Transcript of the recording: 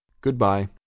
Goodbye